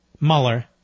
Mueller